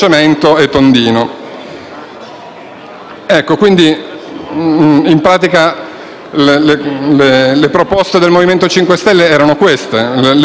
e tondino. In pratica le proposte del Movimento 5 Stelle erano queste e le riassumo per brevità: